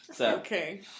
Okay